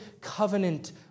covenant